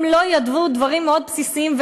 הם לא ידעו דברים מאוד בסיסיים,